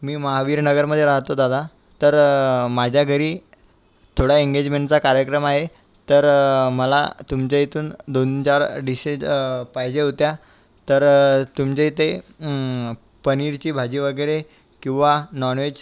मी महावीर नगरमध्ये राहतो दादा तर माझ्या घरी थोडा एंगेजमेंटचा कार्यक्रम आहे तर मला तुमच्या इथून दोनचार डिशेस पाहिजे होत्या तर तुमच्या इथे पनीरची भाजी वगैरे किंवा नॉनवेज